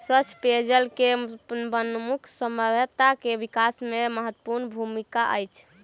स्वच्छ पेयजल के मनुखक सभ्यता के विकास में महत्वपूर्ण भूमिका अछि